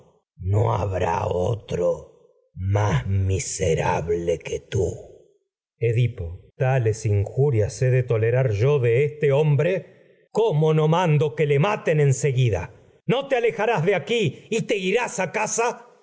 no habfá otro más mi serable que edipo tú tales injurias he de tolerar yo de esj e edipo rey hombre cómo no mando que le maten en seguida no y te alejarás de aquí tiresias te irás a casa